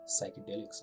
psychedelics